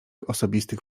osobistych